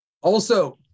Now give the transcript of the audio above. Also-